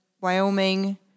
Wyoming